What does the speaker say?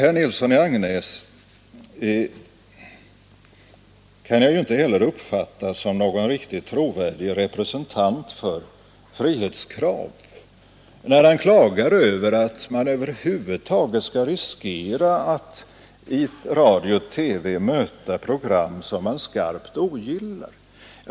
Jag kan inte heller uppfatta herr Nilsson i Agnäs som någon riktigt trovärdig representant för frihetskrav, när han klagar över att man över huvud taget skall riskera att i radio och TV möta program som man skarpt ogillar.